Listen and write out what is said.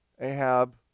Ahab